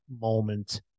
moment